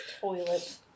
toilet